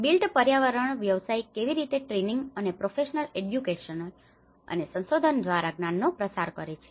built પર્યાવરણ વ્યવસાયિકો કેવી રીતે ટ્રેનિંગ training તાલીમ અને પ્રોફેશનલ એડ્યુકેશન professional education વ્યાવસાયિક શિક્ષણ અને સંશોધન દ્વારા જ્ઞાનનો પ્રસાર કરે છે